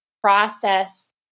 process